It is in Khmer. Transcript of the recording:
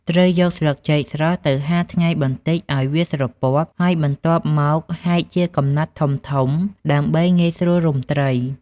ត្រូវយកស្លឹកចេកស្រស់ទៅហាលថ្ងៃបន្តិចឲ្យវាស្រពាប់ ហើយបន្ទាប់មកហែកជាកំណាត់ធំៗ ដើម្បីងាយស្រួលរុំត្រី។